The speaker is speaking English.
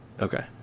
Okay